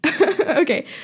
Okay